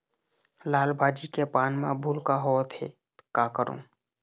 लाल भाजी के पान म भूलका होवथे, का करों?